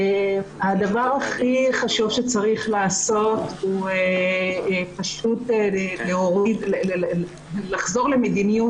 הדבר הכי חשוב שצריך לעשות הוא פשוט לחזור למדיניות